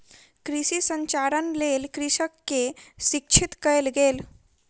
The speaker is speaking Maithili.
कृषि संचारक लेल कृषक के शिक्षित कयल गेल